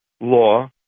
law